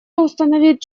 установить